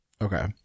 Okay